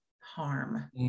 harm